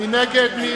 מי נגד?